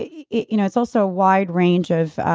yeah you know it's also wide range of.